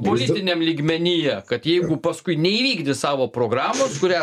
buitiniam lygmenyje kad jeigu paskui neįvykdys savo programos kurią